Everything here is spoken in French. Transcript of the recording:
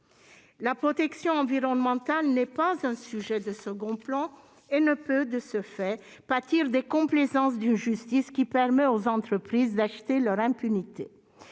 La protection environnementale n'est pas un sujet de second plan et ne peut, de ce fait, pâtir des complaisances d'une justice qui permet aux entreprises d'acheter leur impunité.